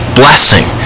blessing